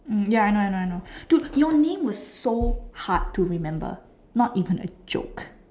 ya I know I know I know dude your name was so hard to remember not even a joke